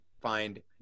find